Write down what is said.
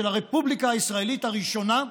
של הרפובליקה הישראלית הראשונה,